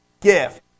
Gift